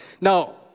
Now